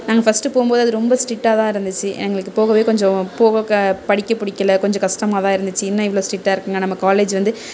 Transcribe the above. நாங்கள் ஃபஸ்ட்டு போகும்போது அது ரொம்ப ஸ்ட்ரிக்டாதான் இருந்துச்சு எங்களுக்கு போக கொஞ்சம் போக படிக்க பிடிக்கல கொஞ்சம் கஷ்டமாகதான் இருந்துச்சு என்ன இவ்வளோ ஸ்ட்ரிக்டா இருக்காங்க நம்ம காலேஜ் வந்து